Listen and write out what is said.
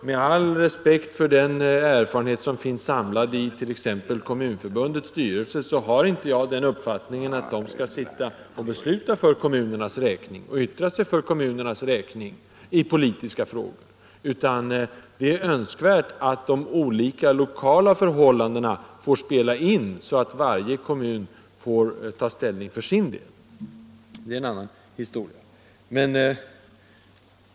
Med all respekt för den erfarenhet som finns samlad i t.ex. Kommunförbundets styrelse så har inte jag den uppfattningen att man där skall sitta och besluta för kommunernas räkning och yttra sig för kommunernas räkning i politiska frågor. Det är önskvärt att de olika lokala förhållandena får spela in, så att varje kommun får ta ställning för sin del. Det är en annan historia.